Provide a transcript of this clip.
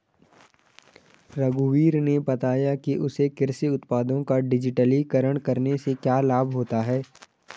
रघुवीर ने बताया कि उसे कृषि उत्पादों का डिजिटलीकरण करने से क्या लाभ होता है